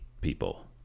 people